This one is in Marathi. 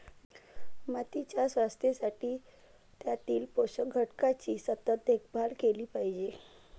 मातीच्या शाश्वततेसाठी त्यातील पोषक घटकांची सतत देखभाल केली पाहिजे